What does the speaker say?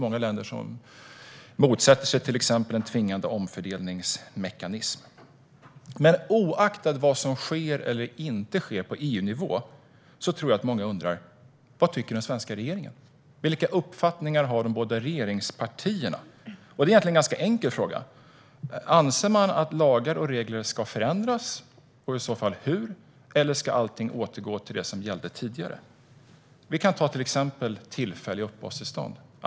Många länder motsätter sig exempelvis en tvingande omfördelningsmekanism. Oaktat vad som sker eller inte sker på EU-nivå tror jag att många undrar vad den svenska regeringen tycker. Vilka uppfattningar har de båda regeringspartierna? Det är egentligen en ganska enkel fråga. Anser man att lagar och regler ska förändras, och hur i så fall? Eller ska allt återgå till det som gällde tidigare? Vi kan ta tillfälliga uppehållstillstånd som exempel.